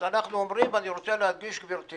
אז אנחנו אומרים ואני רוצה להדגיש גברתי